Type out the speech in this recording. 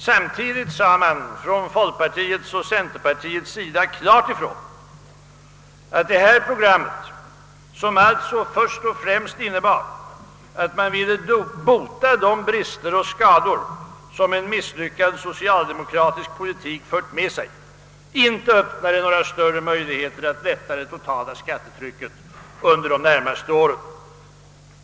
Samtidigt sade folkpartiet och centerpartiet klart ifrån att detta program — som alltså först och främst innebar att man ville bota de brister och skador som en misslyckad socialdemokratisk politik fört med sig — inte öppnade några större möjligheter att lätta det totala skattetrycket under de närmaste åren.